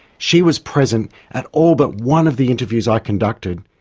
she was present at all but one of the interviews i conducted,